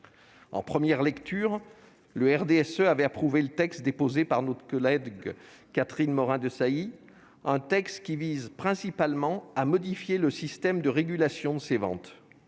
En première lecture, le groupe RDSE avait approuvé le texte déposé par notre collègue Catherine Morin-Desailly, qui vise principalement à modifier le système de régulation de ces ventes.